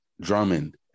Drummond